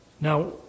Now